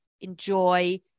enjoy